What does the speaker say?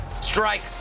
strike